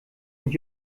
und